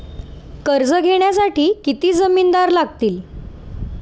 कर्ज घेण्यासाठी किती जामिनदार लागतील?